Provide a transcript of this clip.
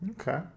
Okay